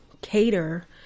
cater